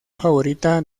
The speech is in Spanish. favorita